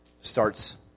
starts